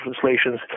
translations